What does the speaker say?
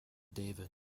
david